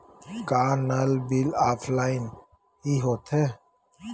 का नल bill offline हि होथे?